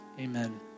Amen